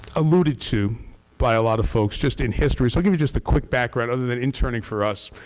alluded to by a lot of folks just in history, so i'll give you just a quick background other than interning for us.